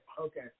okay